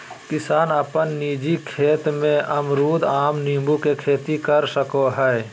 किसान अपन निजी खेत में अमरूद, आम, नींबू के खेती कर सकय हइ